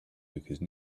because